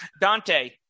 dante